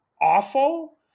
awful